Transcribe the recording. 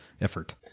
effort